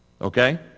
Okay